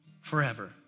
forever